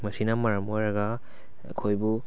ꯃꯁꯤꯅ ꯃꯔꯝ ꯑꯣꯏꯔꯒ ꯑꯩꯈꯣꯏꯕꯨ